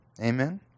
Amen